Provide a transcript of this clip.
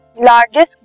largest